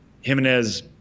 Jimenez